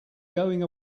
going